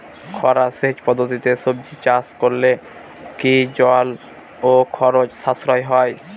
খরা সেচ পদ্ধতিতে সবজি চাষ করলে কি জল ও খরচ সাশ্রয় হয়?